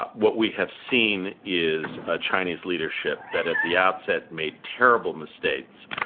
what we have seen is a chinese leadership that, at the outset, made terrible mistakes,